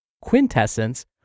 quintessence